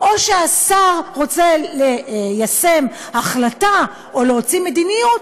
או שהשר רוצה ליישם החלטה או להוציא מדיניות,